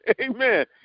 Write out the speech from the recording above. Amen